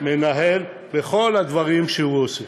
מנהל בכל הדברים שהוא עושה.